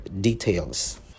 details